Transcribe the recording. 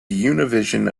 univision